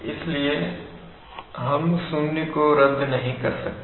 इसलिए हम शून्य को रद्द नहीं कर सकते